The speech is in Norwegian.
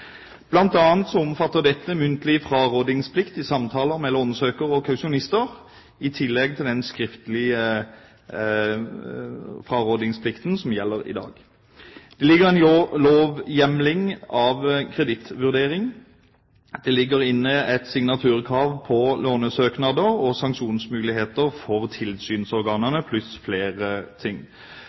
omfatter dette muntlig frarådingsplikt i samtaler med lånsøker og kausjonister, i tillegg til den skriftlige frarådingsplikten som gjelder i dag. Det ligger inne en lovhjemling av kredittvurdering, et signaturkrav på lånesøknader og sanksjonsmuligheter for tilsynsorganene pluss flere ting.